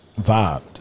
vibed